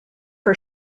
for